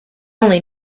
only